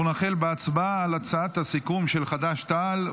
אנחנו נחל בהצבעה על הצעת הסיכום של חד"ש-תע"ל.